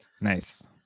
Nice